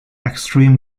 extreme